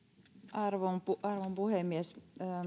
arvon puhemies